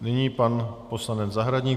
Nyní pan poslanec Zahradník.